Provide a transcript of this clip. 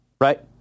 Right